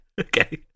okay